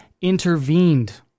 intervened